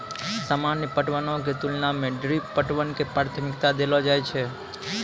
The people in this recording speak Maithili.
सामान्य पटवनो के तुलना मे ड्रिप पटवन के प्राथमिकता देलो जाय छै